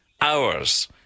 hours